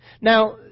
Now